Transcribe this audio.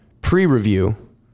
pre-review